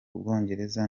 ubwongereza